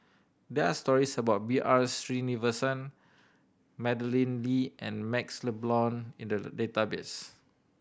there are stories about B R Sreenivasan Madeleine Lee and MaxLe Blond in the database